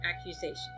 accusations